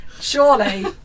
Surely